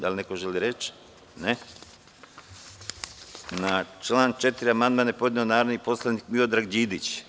Da li neko želi reč? (Ne.) Na član 4. amandman je podneo narodni poslanik Miodrag Đidić.